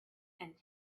and